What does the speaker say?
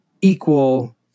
equal